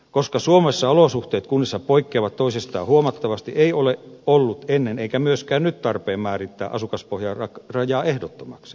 koska suomessa olosuhteet kunnissa poikkeavat toisistaan huomattavasti ei ole ollut ennen eikä myöskään ole nyt tarpeen määrittää asukaspohjarajaa ehdottomaksi